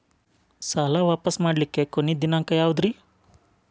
ಸಾಲಾ ವಾಪಸ್ ಮಾಡ್ಲಿಕ್ಕೆ ಕೊನಿ ದಿನಾಂಕ ಯಾವುದ್ರಿ?